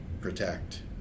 protect